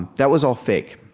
that was all fake.